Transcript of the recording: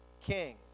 king